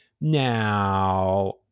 Now